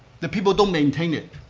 the people don't maintain it.